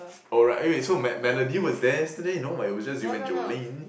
oh right eh wait so so Melody was there yesterday no what it was just you and Jolene